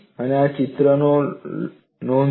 અને આ ચિત્રની નોંધ લો